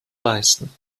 leisten